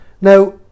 Now